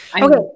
Okay